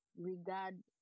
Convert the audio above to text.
regard